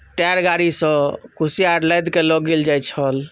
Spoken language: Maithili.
टायर गाड़ीसँ कुशियार लादिके लऽ गेल जाइत छल